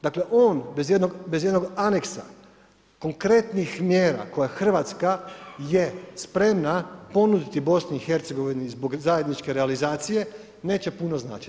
Dakle, on bez jednog aneksa konkretnih mjera koje RH je spremna ponuditi BIH zbog zajedničke realizacije, neće puno značiti.